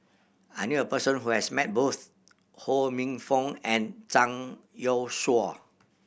I knew a person who has met both Ho Minfong and Zhang Youshuo